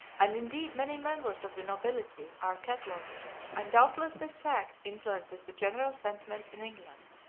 and indeed many members of the nobility are cat-lovers, and doubtless this fact influences the general sentiment in england.